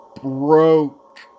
broke